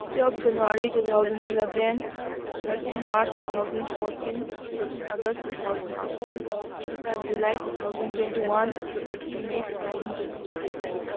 twelve January two thousand eleven thirteen March two thousand fourteen eighteen August two thousand eighteen twenty five July two thousand twenty one thirty may two thousand twenty three